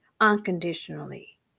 unconditionally